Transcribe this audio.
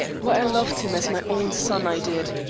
why, i loved him as my own son, i did.